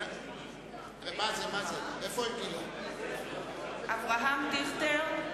אינה נוכחת אברהם דיכטר,